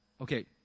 okay